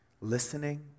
Listening